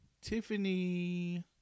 Tiffany